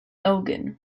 elgin